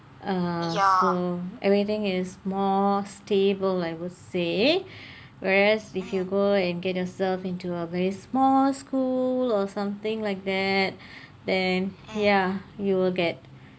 uh so everything is more stable I would say whereas if you go and get yourself into a very small school or something like that then ya you will get